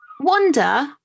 wonder